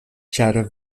ĉar